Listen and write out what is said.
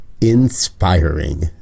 inspiring